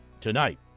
tonight